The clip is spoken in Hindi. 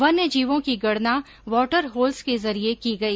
वन्यजीवों की गणना वॉटर होल्स के जरिए की गई